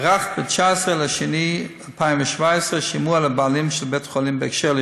ערך ב-19 בפברואר 2017 שימוע לבעלים של בית-החולים בהקשר של